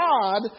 God